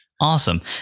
Awesome